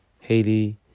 Haiti